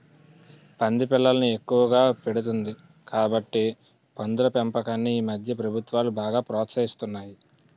పంది పిల్లల్ని ఎక్కువగా పెడుతుంది కాబట్టి పందుల పెంపకాన్ని ఈమధ్య ప్రభుత్వాలు బాగా ప్రోత్సహిస్తున్నాయి